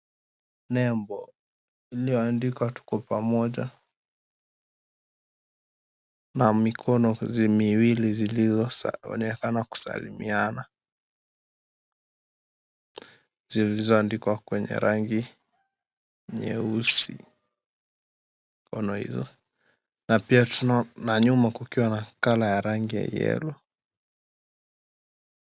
Nembo iliyoandikwa tuko pamoja na mikono miwili zilizoonekana kusalimiana zilizoandikwa kwenye rangi nyeusi mikono hizo na pia tunaona nyuma kukiwa na colour ya rangi ya yellow .